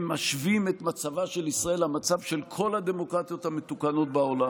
הם משווים את מצבה של ישראל למצב של כל הדמוקרטיות המתוקנות בעולם.